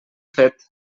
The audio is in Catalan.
fet